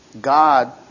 God